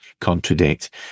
contradict